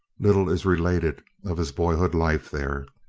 little is related of his boyhood life there.